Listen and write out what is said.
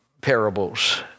parables